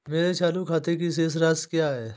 मेरे चालू खाते की शेष राशि क्या है?